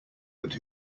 but